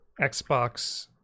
Xbox